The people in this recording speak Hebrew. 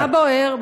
מה בוער?